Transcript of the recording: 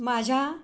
माझ्या